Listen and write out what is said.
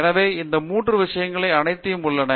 எனவே இந்த 3 விஷயங்கள் அனைத்தும் உள்ளன